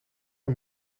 een